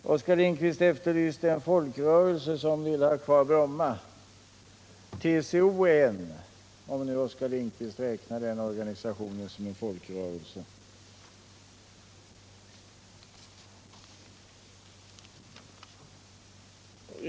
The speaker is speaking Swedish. Oskar Lindkvist efterlyste en folkrörelse som vill ha kvar Bromma. TCO är en, om nu Oskar Lindkvist räknar den organisationen som folkrörelse.